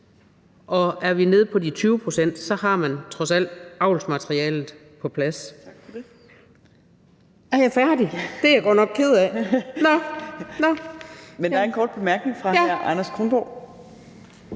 og er vi nede på de 20 pct., så har man trods alt avlsmaterialet på plads.